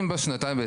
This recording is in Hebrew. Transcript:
אם בשנתיים,